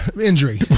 injury